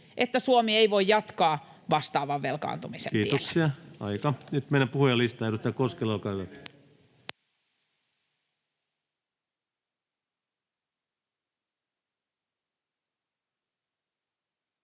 että Suomi ei voi jatkaa vastaavan velkaantumisen tiellä. Kiitoksia, aika. — Nyt mennään puhujalistaan. — Edustaja Koskela, olkaa hyvä.